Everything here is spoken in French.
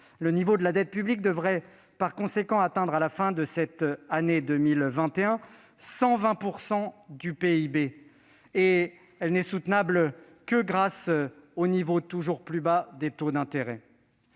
Le niveau de la dette publique devrait par conséquent atteindre, à la fin de l'année 2020, 120 % du PIB ; elle n'est soutenable que grâce au niveau toujours plus bas des taux d'intérêt.